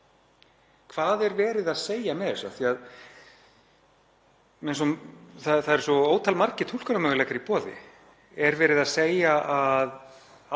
Hvað er verið að segja með þessu? Það eru svo ótalmargir túlkunarmöguleikar í boði. Er verið að segja að